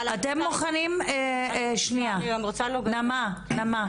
אני גם רוצה -- שנייה, נעמה, נעמה.